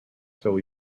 still